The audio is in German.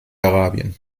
arabien